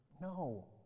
No